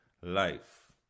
life